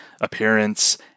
appearance